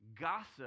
Gossip